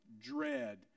Dread